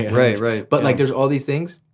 right, right. but like there's all these things.